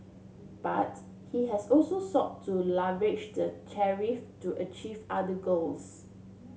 but he has also sought to leverage the tariff to achieve other goals